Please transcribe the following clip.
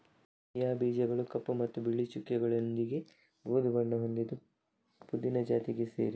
chia ಬೀಜಗಳು ಕಪ್ಪು ಮತ್ತು ಬಿಳಿ ಚುಕ್ಕೆಗಳೊಂದಿಗೆ ಬೂದು ಬಣ್ಣ ಹೊಂದಿದ್ದು ಪುದೀನ ಜಾತಿಗೆ ಸೇರಿದ್ದು